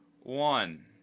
One